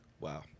Wow